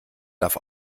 darf